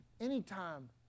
anytime